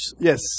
Yes